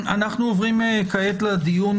אנחנו עוברים כעת לדיון